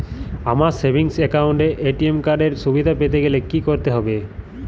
আমার savings account এ ATM card এর সুবিধা পেতে গেলে কি করতে হবে?